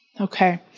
Okay